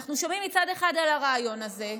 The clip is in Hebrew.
אנחנו שומעים מצד אחד על הרעיון הזה,